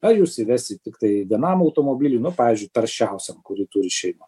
ar jūs įvestit tiktai vienam automobiliui nu pavyzdžiui taršiausiam kurį turi šeima